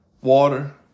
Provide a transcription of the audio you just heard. water